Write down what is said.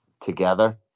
together